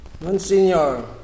Monsignor